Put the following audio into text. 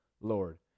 Lord